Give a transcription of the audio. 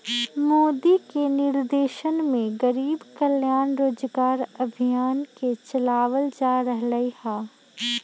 मोदी के निर्देशन में गरीब कल्याण रोजगार अभियान के चलावल जा रहले है